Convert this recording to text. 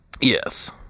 Yes